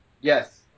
Yes